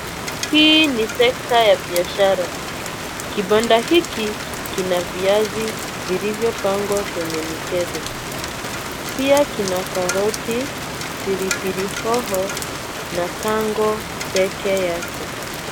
Hii ni sekta ya biashara. Kibanda hiki kina viazi vilivyopangwa kwa mikebe. Pia kina karoti, pilipili hoho na tango peke yake.